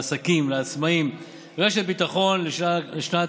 לעסקים ולעצמאים רשת ביטחון לשנה הקרובה,